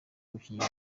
umukinnyi